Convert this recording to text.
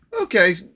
Okay